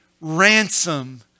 ransom